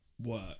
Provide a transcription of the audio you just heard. work